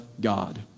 God